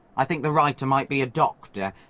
i think the writer might be a doctor,